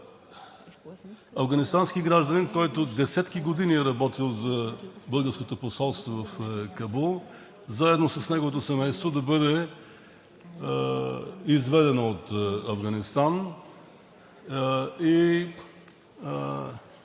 афганистански гражданин, който десетки години е работил за българското посолство в Кабул, заедно с неговото семейство да бъде изведен от Афганистан и